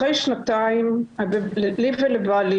אחרי שנתיים לי ולבעלי,